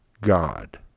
God